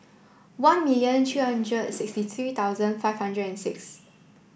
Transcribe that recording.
one million three hundred sixty three thousand five hundred and six